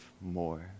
more